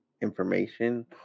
information